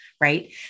right